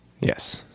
Yes